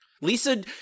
Lisa